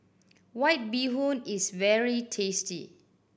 White Bee Hoon is very tasty